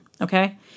Okay